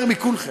יותר מכולכם.